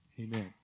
Amen